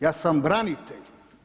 Ja sam branitelj.